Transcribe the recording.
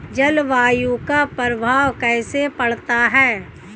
जलवायु का प्रभाव कैसे पड़ता है?